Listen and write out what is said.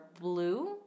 Blue